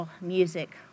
music